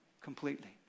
completely